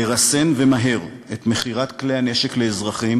לרסן ומהר את מכירת כלי הנשק לאזרחים,